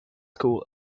school